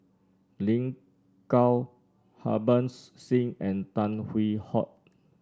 Lin Gao Harbans Singh and Tan Hwee Hock